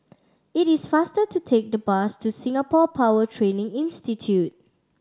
it is faster to take the bus to Singapore Power Training Institute